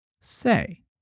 say